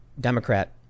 Democrat